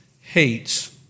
hates